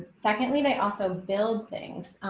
secondly, they also build things.